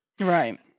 Right